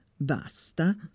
Basta